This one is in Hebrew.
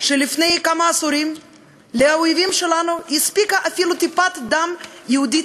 שלפני כמה עשורים לאויבים שלנו הספיקה אפילו טיפת דם יהודית